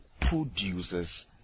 produces